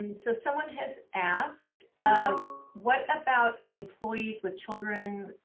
and so someone has asked what about employees with children